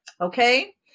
okay